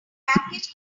package